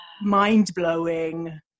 mind-blowing